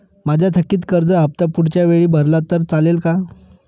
माझा थकीत कर्ज हफ्ता पुढच्या वेळी भरला तर चालेल का?